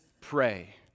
pray